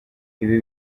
ibi